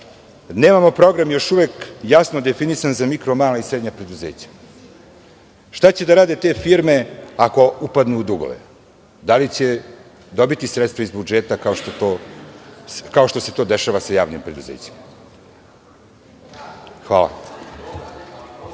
nemamo jasno definisan program za mikro, mala i srednja preduzeća. Šta će da urade te firme ako upadnu u dugove? Da li će dobiti sredstva iz budžeta kao što se to dešava sa javnim preduzećima? Hvala.